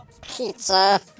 pizza